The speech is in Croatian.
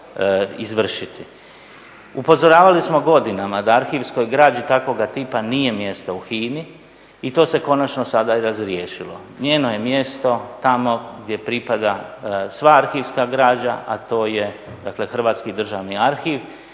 Upozoravali smo godinama da arhivskoj građi takvoga tipa nije mjesto u HINA-i i to se konačno sada i razriješilo. Njeno je mjesto tamo gdje pripada sva arhivska građa, a to je dakle Hrvatski državni arhiv